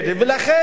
ולכן,